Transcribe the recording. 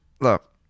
look